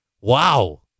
Wow